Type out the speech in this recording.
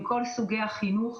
עם כל סוגי החינוך.